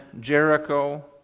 Jericho